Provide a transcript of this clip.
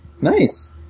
Nice